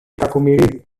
κακομοιρίδη